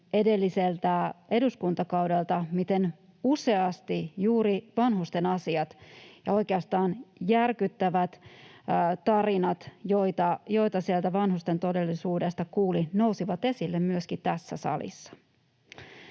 edelliseltä eduskuntakaudelta, miten useasti juuri vanhusten asiat ja oikeastaan järkyttävät tarinat, joita sieltä vanhusten todellisuudesta kuuli, nousivat esille myöskin tässä salissa.